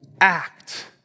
act